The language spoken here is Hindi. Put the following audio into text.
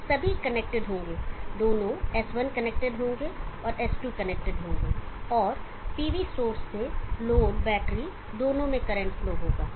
तो सभी कनेक्टेड होंगे दोनों S1 कनेक्टेड होंगे और S2 कनेक्टेड होंगे और PV सोर्स से लोड बैटरी दोनों में करंट फ्लो होगा